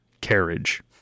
carriage